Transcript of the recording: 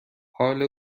حال